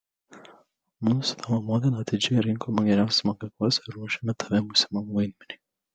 mudu su tavo motina atidžiai rinkome geriausias mokyklas ir ruošėme tave būsimam vaidmeniui